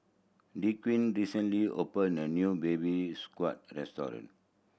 Dequan recently opened a new Baby Squid restaurant